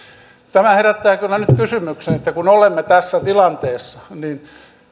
tämä herättää kyllä nyt kysymyksen että kun olemme tässä tilanteessa niin